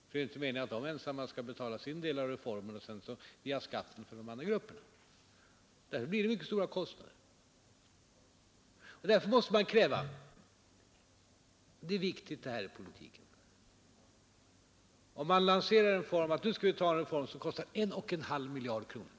Det är ju inte meningen att de ensamma skall betala sin del av reformen och sedan via skatten betala även de andra gruppernas del. En sänkning av pensionsåldern medför mycket stora kostnader. Därför måste vi kräva — det är viktigt i politiken — att frågan blir ordentligt utredd. Låt oss säga att man vill genomföra en reform som kostar 1,5 miljarder kronor.